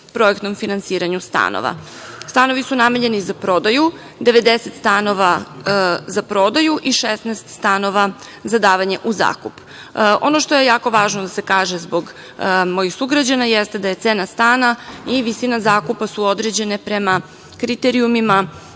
projektnom finansiranju stanova. Stanovi su namenjeni za prodaju. Devedeset stanova za prodaju i 16 stanova za davanje u zakup. Ono što je jako važno da se kaže zbog mojih sugrađana, jeste da su cena stana i visina zakupa određeni prema kriterijumima